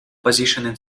positioning